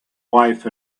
wife